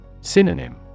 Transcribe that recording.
Synonym